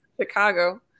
Chicago